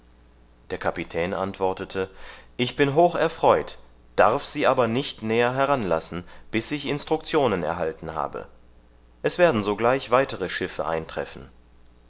der kapitän antwortete ich bin hocherfreut darf sie aber nicht näher heranlassen bis ich instruktionen erhalten habe es werden sogleich weitere schiffe eintreffen